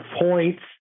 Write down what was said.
points